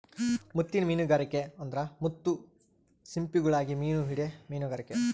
ಮುತ್ತಿನ್ ಮೀನುಗಾರಿಕೆ ಅಂದ್ರ ಮುತ್ತು ಸಿಂಪಿಗುಳುಗಾಗಿ ಮೀನು ಹಿಡೇ ಮೀನುಗಾರಿಕೆ